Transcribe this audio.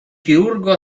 chirurgo